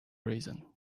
reason